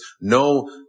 No